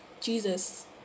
Jesus